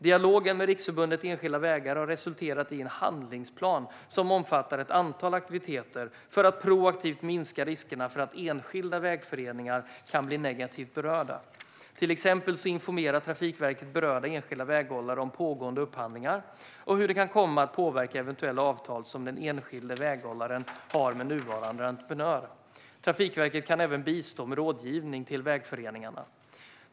Dialogen med Riksförbundet enskilda vägar har resulterat i en handlingsplan som omfattar ett antal aktiviteter för att proaktivt minska riskerna för att enskilda vägföreningar ska bli negativt berörda. Till exempel informerar Trafikverket berörda enskilda väghållare om pågående upphandlingar och hur det kan komma att påverka eventuella avtal som den enskilda väghållaren har med nuvarande entreprenör. Trafikverket kan även bistå med rådgivning till vägföreningarna.